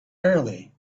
early